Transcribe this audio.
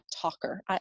talker